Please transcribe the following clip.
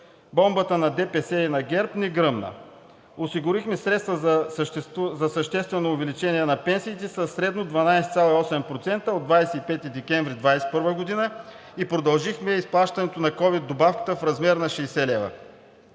Бомбата на ДПС и ГЕРБ не гръмна! Осигурихме средства за съществено увеличение на пенсиите със средно 12,8% от 25 декември 2021 г. и продължихме изплащането на ковид добавката в размер на 60 лв.